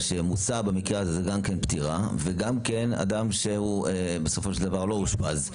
מוסע במקרה זה גם פטירה וגם אדם שבסופו של דבר לא אושפז.